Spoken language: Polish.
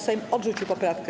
Sejm odrzucił poprawkę.